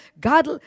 God